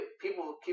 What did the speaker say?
people